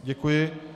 Děkuji.